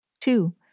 Two